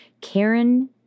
Karen